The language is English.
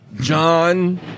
John